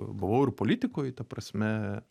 buvau ir politikoj ta prasme